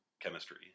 chemistry